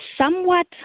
somewhat